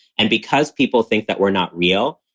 and because people think that we're not real,